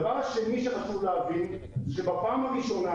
הדבר השני שחשוב להבין זה שבפעם הראשונה